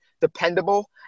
dependable